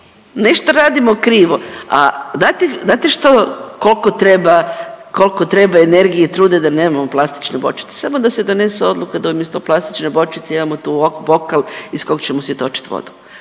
nešto radimo krivo, a znate, znate što, kolko treba, kolko treba energije i truda da nemamo plastične bočice, samo da se donesu odluke da umjesto plastične bočice imamo tu bokal iz kog ćemo si točit vodu.